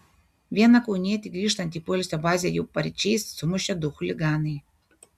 vieną kaunietį grįžtantį į poilsio bazę jau paryčiais sumušė du chuliganai